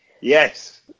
yes